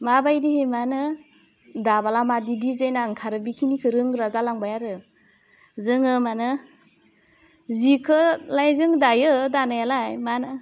मा बायदिहाय मा होनो दाब्ला माबादि डिजेना ओंखारो बेखिनिखौ रोंग्रा जालांबाय आरो जोङो मानो जिखोलाइ जों दायो दानायालाय मा होनो